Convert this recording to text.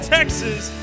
Texas